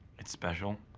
it's special.